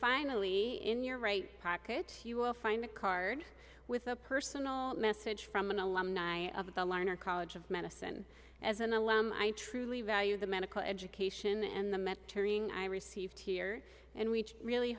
finally in your right pocket you will find a card with a personal message from an alumni of the lerner college of medicine as an alum i truly value the medical education and the mentoring i received here and we really